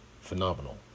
phenomenal